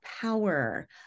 power